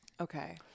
Okay